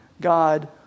God